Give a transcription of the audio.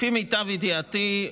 לפי מיטב ידיעתי,